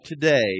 today